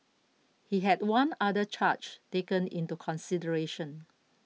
he had one other charge taken into consideration